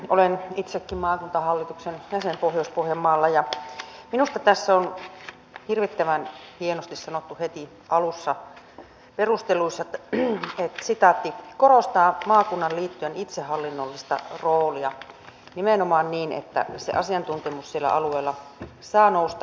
olen itsekin maakuntahallituksen jäsen pohjois pohjanmaalla ja minusta tässä on hirvittävän hienosti sanottu heti alussa perusteluissa että korostaa maakunnan liittojen itsehallinnollista roolia nimenomaan niin että se asiantuntemus siellä alueella saa nousta näkyviin